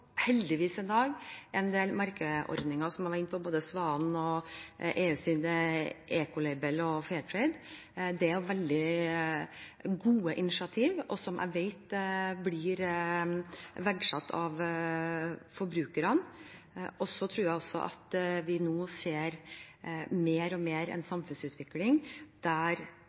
Ecolabel og Fairtrade. Det er veldig gode initiativer som jeg vet blir verdsatt av forbrukerne. Jeg tror også at vi nå mer og mer ser en samfunnsutvikling der